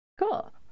cool